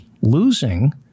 losing